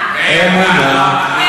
"אמונה", "אמונה".